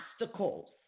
obstacles